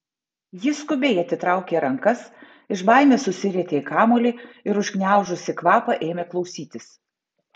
ji skubiai atitraukė rankas iš baimės susirietė į kamuolį ir užgniaužusi kvapą ėmė klausytis